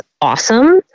awesome